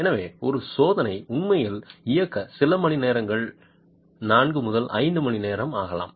எனவே ஒரு சோதனை உண்மையில் இயக்க சில மணிநேரங்கள் நான்கு முதல் 5 மணிநேரம் ஆகலாம்